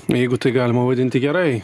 jeigu tai galima vadinti gerai